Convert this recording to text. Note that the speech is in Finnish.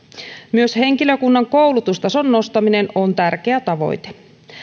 myös henkilökunnan koulutustason nostaminen on tärkeä tavoite